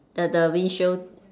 the the windshield